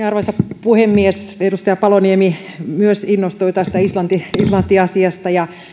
arvoisa puhemies myös edustaja paloniemi innostui tästä islanti islanti asiasta